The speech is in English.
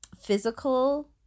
physical